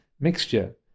Mixture